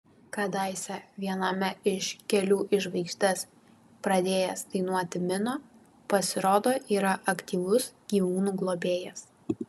kadaise viename iš kelių į žvaigždes pradėjęs dainuoti mino pasirodo yra aktyvus gyvūnų globėjas